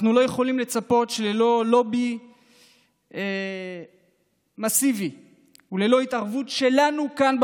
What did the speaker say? אנחנו לא יכולים לצפות שללא לובי מסיבי וללא התערבות שלנו כאן,